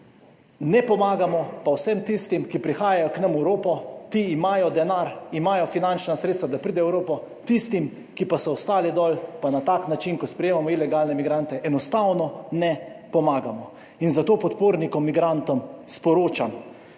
Ne pomagamo pa vsem tistim, ki prihajajo k nam v Evropo, ti imajo denar, imajo finančna sredstva, da pridejo v Evropo, tistim, ki pa so ostali dol, pa na tak način, ko sprejemamo ilegalne migrante, enostavno ne pomagamo. In zato podpornikom migrantom sporočamo,